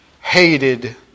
hated